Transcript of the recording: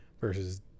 versus